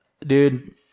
dude